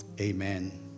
Amen